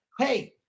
Hey